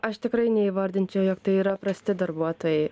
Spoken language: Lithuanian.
aš tikrai neįvardinčiau jog tai yra prasti darbuotojai